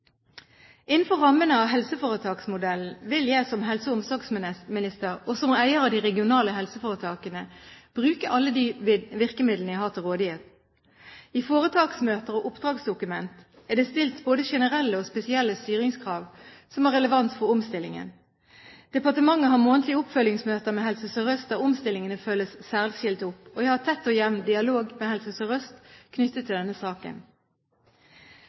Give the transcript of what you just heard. Innenfor rammene av helseforetaksmodellen vil jeg som helse- og omsorgsminister og som eier av de regionale helseforetakene bruke alle de virkemidlene jeg har til rådighet. I foretaksmøter og oppdragsdokument er det stilt både generelle og spesielle styringskrav som har relevans for omstillingen. Departementet har månedlige oppfølgingsmøter med Helse Sør-Øst, der omstillingene følges særskilt opp. Jeg har tett og jevn dialog med Helse Sør-Øst knyttet til denne saken.